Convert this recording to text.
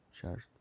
Charged